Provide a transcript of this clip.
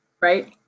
right